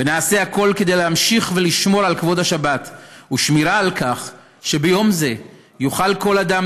ונעשה הכול כדי להמשיך לשמור על כבוד השבת ולכך שביום זה יוכל כל אדם,